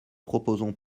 proposons